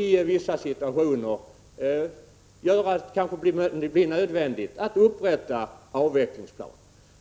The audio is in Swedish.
I vissa situationer kan det kanske också bli nödvändigt att upprätta avvecklingsplaner,